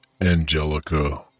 Angelica